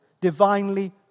divinely